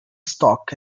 stock